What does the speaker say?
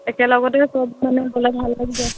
একেলগতে চব মানে গ'লে ভাল লাগিব